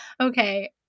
okay